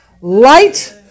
light